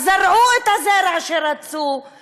אז זרעו את הזרע שרצו,